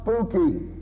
spooky